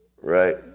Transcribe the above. Right